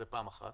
זה פעם אחת.